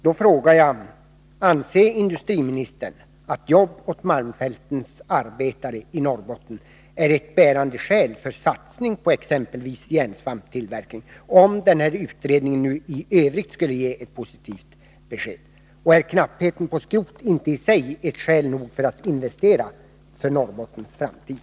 Då frågar jag: Anser industriministern att jobb åt malmfältens arbetare i Norrbotten är ett bärande skäl för satsning på exempelvis järnsvampstillverkning— om nämnda utredning i övrigt skulle ge ett positivt besked? Och är knappheten på skrot i sig inte skäl nog för att investera för Norrbottens framtid?